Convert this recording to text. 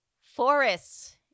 forests